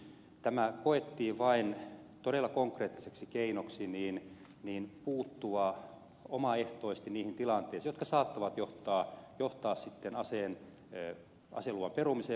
tämä koettiin vain todella konkreettiseksi keinoksi puuttua omaehtoisesti niihin tilanteisiin jotka saattavat johtaa aseluvan perumiseen ja pois ottamiseen